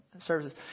services